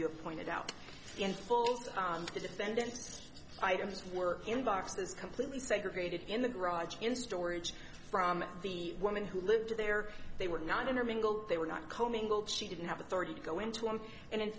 have pointed out and the defendant's items were in boxes completely segregated in the garage in storage from the woman who lived there they were not intermingled they were not co mingled she didn't have authority to go in to him and in